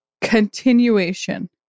Continuation